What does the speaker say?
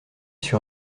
sur